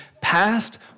past